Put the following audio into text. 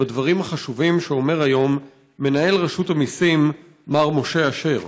בדברים החשובים שאומר היום מנהל רשות המיסים מר משה אשר.